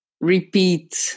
repeat